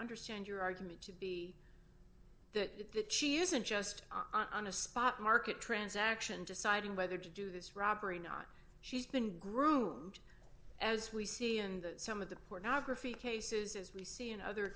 understand your argument to be that she isn't just on the spot market transaction deciding whether to do this robbery not she's been grooved as we see and some of the pornography cases we see in other